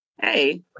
Hey